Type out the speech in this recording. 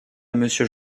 monsieur